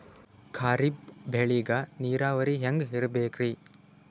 ಖರೀಫ್ ಬೇಳಿಗ ನೀರಾವರಿ ಹ್ಯಾಂಗ್ ಇರ್ಬೇಕರಿ?